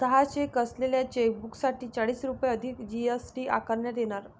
दहा चेक असलेल्या चेकबुकसाठी चाळीस रुपये अधिक जी.एस.टी आकारण्यात येणार